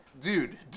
Dude